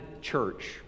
church